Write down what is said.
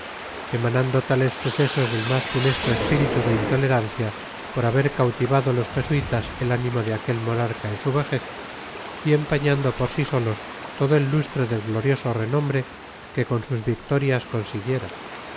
emanando tates suceso det mas funesto espíritu de intoterancia por habei cautivado tos jesuítas et animo de aquet monarca en su vejez y empañando por s sotos todo et tustro det gtorioso renombre que con sus victorias consiguiera